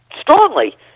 strongly